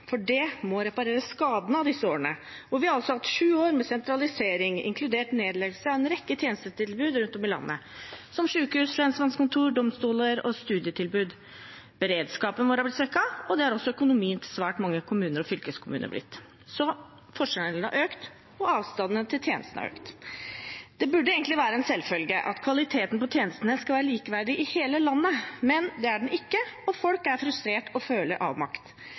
for det må reparere skadene fra disse årene, hvor vi altså har hatt sju år med sentralisering, inkludert nedleggelse av en rekke tjenestetilbud rundt om i landet, slik som sjukehus, lensmannskontor, domstoler og studietilbud. Beredskapen vår har blitt svekket, og det har også økonomien til svært mange kommuner og fylkeskommuner blitt. Så forskjellene har økt, og avstanden til tjenestene har økt. Det burde egentlig være en selvfølge at kvaliteten på tjenestene skal være likeverdig i hele landet, men det er den ikke, og folk er frustrert og føler avmakt.